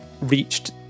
reached